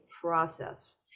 process